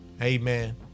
Amen